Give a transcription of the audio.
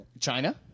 China